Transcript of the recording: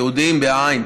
ייעודיים בעי"ן,